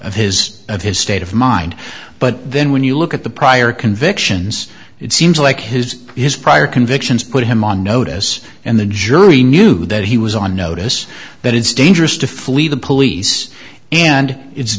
of his of his state of mind but then when you look at the prior convictions it seems like his his prior convictions put him on notice and the jury knew that he was on notice that it's dangerous to flee the police and it's